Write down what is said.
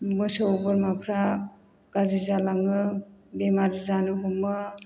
मोसौ बोरमाफोरा गाज्रि जालाङो बेमार जानो हमो